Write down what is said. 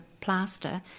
plaster